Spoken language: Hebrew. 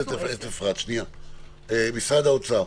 משרד האוצר.